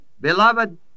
beloved